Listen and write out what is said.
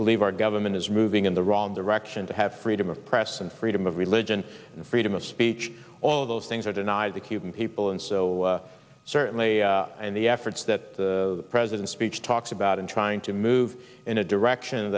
believe our government is moving in the wrong direction to have freedom of press and freedom of religion and freedom of speech all of those things are denied the cuban people and so certainly in the efforts that the president's speech talks about in trying to move in a direction